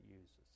uses